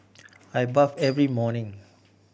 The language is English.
I bathe every morning